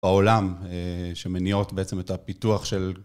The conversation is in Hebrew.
בעולם שמניעות בעצם את הפיתוח של